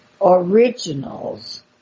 originals